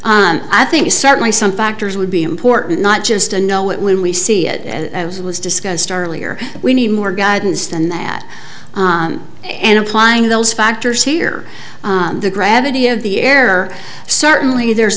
i think is certainly some factors would be important not just to know it when we see it as was discussed earlier we need more guidance than that and applying those factors here the gravity of the error certainly there's